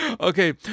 Okay